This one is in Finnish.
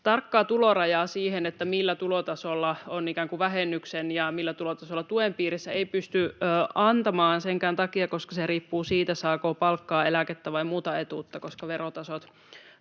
Tarkkaa tulorajaa siihen, millä tulotasolla on ikään kuin vähennyksen ja millä tulotasolla tuen piirissä, ei pysty antamaan senkään takia, koska se riippuu siitä, saako palkkaa, eläkettä vai muuta etuutta, koska verotasot